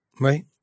right